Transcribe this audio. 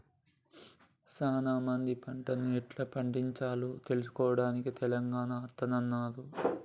సానా మంది పంటను ఎట్లా పండిచాలో తెలుసుకోవడానికి తెలంగాణ అత్తన్నారు